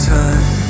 time